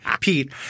Pete